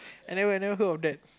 I never never heard of that